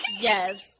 yes